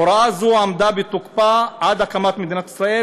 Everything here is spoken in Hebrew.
הוראה זו עמדה בתוקפה עד הקמת מדינת ישראל